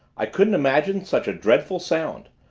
i couldn't imagine such a dreadful sound!